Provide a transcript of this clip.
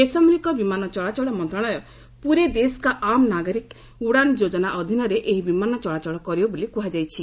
ବେସାମରିକ ବିମାନ ଚଳାଚଳ ମନ୍ତ୍ରଣାଳୟ ପୁରେ ଦେଶ୍କା ଆମ୍ ନାଗରିକ ଉଡ଼ାନ୍ ଯୋଜନା ଅଧୀନରେ ଏହି ବିମାନ ଚଳାଚଳ କରିବ ବୋଲି କୁହାଯାଇଛି